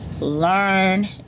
Learn